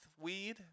weed